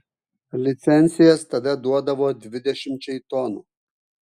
licencijas tada duodavo dvidešimčiai tonų